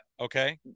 Okay